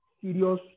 serious